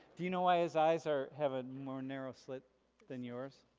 do you know why his eyes are, have a more narrow slit than yours?